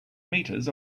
meters